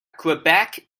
quebec